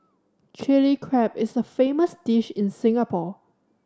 Chilli Crab is a famous dish in Singapore